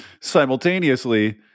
simultaneously